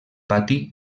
pati